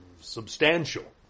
substantial